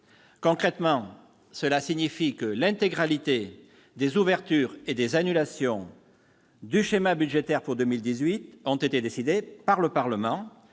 concrètement ? Eh bien, que l'intégralité des ouvertures et des annulations du schéma budgétaire pour 2018 aura été décidée par le Parlement.